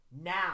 now